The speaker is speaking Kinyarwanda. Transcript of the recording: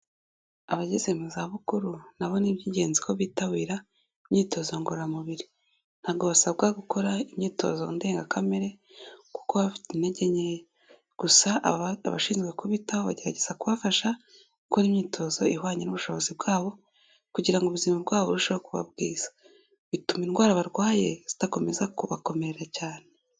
Abageze muzabukuru nabo ni iby'ingenzi ko bitabira imyitozo ngororamubiri. Ntago basabwa gukora imyitozo ndenga kamere kuko baba bafite intege nyeya gusa abashinzwe kubitaho bagerageza kubafasha gukora imyitozo ihwanye n'ubushobozi bwabo kugira ngo ubuzima bwabo burusheho kuba bwiza. Bituma indwara barwaye zidakomeza kubakomerera cyane.